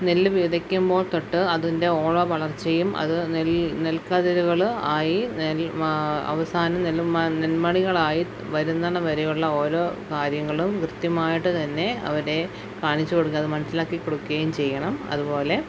നെല്ല് വിതയ്ക്കുമ്പോൾ തൊട്ട് അതിൻ്റെ ഓരോ വളർച്ചയും അത് നെൽ നെൽക്കതിരുകൾ ആയി നെൽ അവസാനം നെല്ല്മ നെൽമണികളായി വരുന്നിടം വരെയുള്ള ഓരോ കാര്യങ്ങളും കൃത്യമായിട്ടു തന്നെ അവരെ കാണിച്ചുകൊടുക്കുക അതു മനസ്സിലാക്കി കൊടുക്കുകയും ചെയ്യണം അതുപോലെ